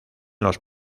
los